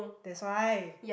that's why